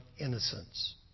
innocence